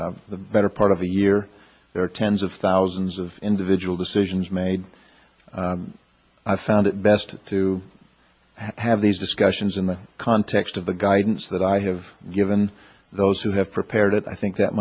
the better part of a year there are tens of thousands of individual decisions made i found it best to have these discussions in the context of the guidance that i have given those who have prepared it i think that